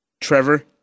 Trevor